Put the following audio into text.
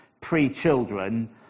pre-children